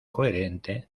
coherente